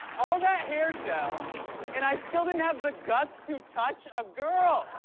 all that hair gel and i still didn't have the guts to touch a girl!